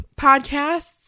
podcasts